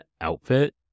outfit